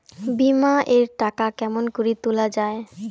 বিমা এর টাকা কেমন করি তুলা য়ায়?